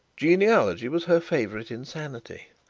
genealogy was her favourite insanity.